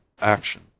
action